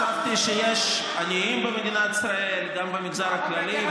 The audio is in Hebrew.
חשבתי שיש עניים במדינת ישראל גם במגזר הכללי,